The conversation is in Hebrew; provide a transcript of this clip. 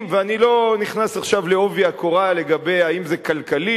ואני לא נכנס עכשיו בעובי הקורה לגבי האם זה כלכלי,